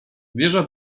wieża